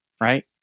right